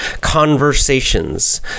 Conversations